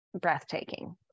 breathtaking